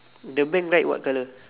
the bank what colour